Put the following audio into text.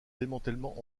démantèlement